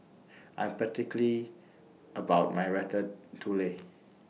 I Am particular about My Ratatouille